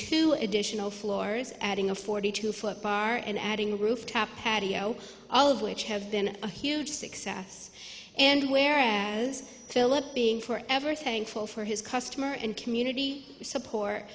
two additional floors adding a forty two foot bar and adding rooftop patio all of which have been a huge success and whereas philip being forever thankful for his customer and community support